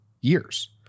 years